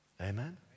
Amen